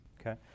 Okay